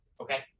Okay